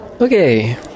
Okay